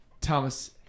thomas